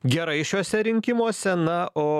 gerai šiuose rinkimuose na o